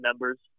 members